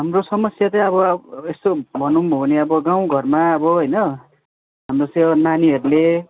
हाम्रो समस्या चाहिँ अब यस्तो भनौँ हो भने अब गाउँ घरमा अब होइन हाम्रो सेवा नानीहरूले